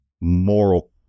moral